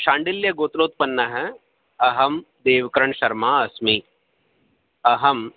शाण्डिल्यगोत्रोत्पन्नः अहं देवकरणशर्मा अस्मि अहं